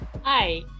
Hi